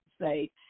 say